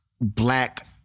Black